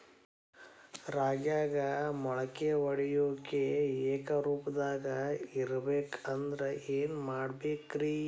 ರಾಗ್ಯಾಗ ಮೊಳಕೆ ಒಡೆಯುವಿಕೆ ಏಕರೂಪದಾಗ ಇರಬೇಕ ಅಂದ್ರ ಏನು ಮಾಡಬೇಕ್ರಿ?